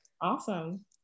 awesome